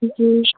जी